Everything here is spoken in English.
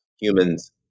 humans